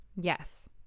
Yes